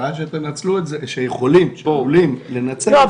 הבעיה שעלולים לנצל את זה --- לא,